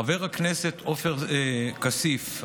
חבר הכנסת עופר כסיף,